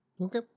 Okay